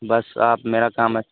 بس آپ میرا کام